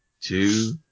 two